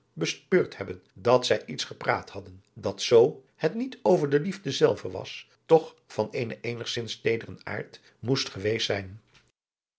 bespeurd hebben dat zij iets gepraat hadden dat zoo het niet over de liefde zelve adriaan loosjes pzn het leven van johannes wouter blommesteyn was toch van eenen eenigzins teederen aard moest geweest zijn